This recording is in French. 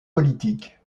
politiques